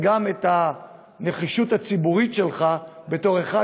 במסגרת הצעת החוק קבענו כמה חריגים,